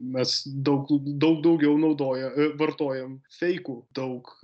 mes daug daug daugiau naudoja vartojam feikų daug